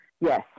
Yes